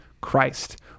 Christ